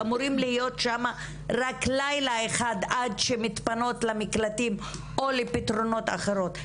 אמורים לשהות שם לילה אחד עד שמתפנות למקלטים או לפתרונות אחרים,